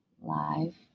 live